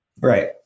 Right